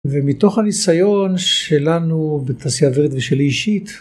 ומתוך הניסיון שלנו בתעשיה אווירית ושלי אישית